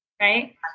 right